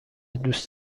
دوست